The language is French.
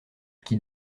qui